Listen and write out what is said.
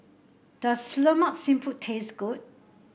does Lemak Siput taste good